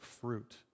fruit